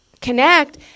connect